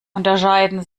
unterscheiden